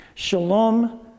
Shalom